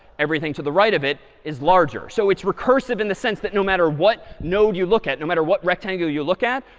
everything to the right of it is larger. so it's recursive in the sense that no matter what node you look at, no matter what rectangle you look at,